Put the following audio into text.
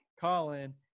Colin